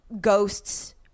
ghosts